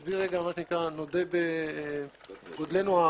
נודה בגודלנו הטבעי.